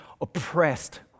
oppressed